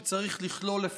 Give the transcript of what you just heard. שצריך לכלול,